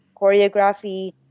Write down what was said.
choreography